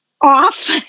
off